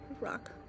rock